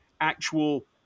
actual